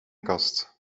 kast